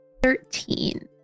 Thirteen